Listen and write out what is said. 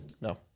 no